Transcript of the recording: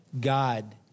God